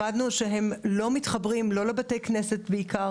למדנו שהם לא מתחברים, בעיקר